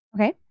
okay